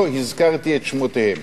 לא הזכרתי את שמותיהם.